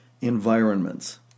environments